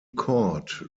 court